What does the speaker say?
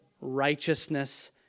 righteousness